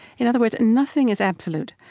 in other words, nothing is absolute.